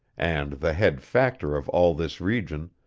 and the head factor of all this region,